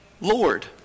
Lord